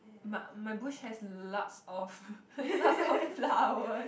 but my bush has lots of lots of flowers